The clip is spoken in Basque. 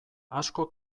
asko